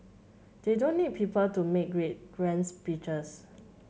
they don't need people to make grade grands speeches